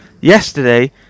Yesterday